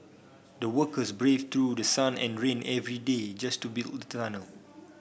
the workers braved through the sun and rain every day just to build the tunnel